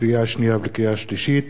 לקריאה שנייה ולקריאה שלישית: